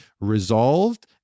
resolved